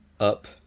Up